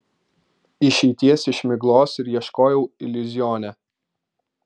išeities iš miglos ir ieškojau iliuzione